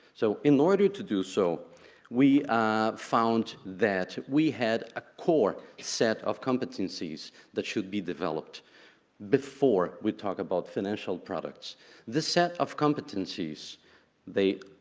so in order to do so we found that we had a core set of competencies that should be developed before we talk about financial products this set of competencies they